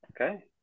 Okay